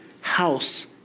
house